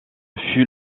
fut